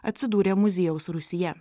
atsidūrė muziejaus rūsyje